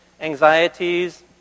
anxieties